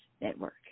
network